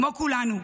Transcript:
כמו כולנו,